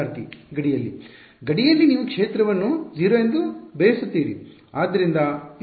ವಿದ್ಯಾರ್ಥಿ ಗಡಿಯಲ್ಲಿ ಗಡಿಯಲ್ಲಿ ನೀವು ಕ್ಷೇತ್ರವನ್ನು 0 ಎಂದು ಬಯಸುತ್ತೀರಿ